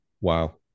wow